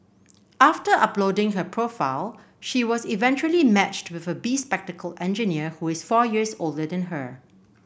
after uploading her profile she was eventually matched with a bespectacled engineer who is four years older than her